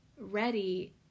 ready